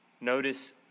Notice